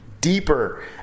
deeper